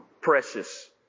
precious